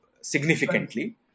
significantly